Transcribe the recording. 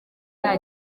nta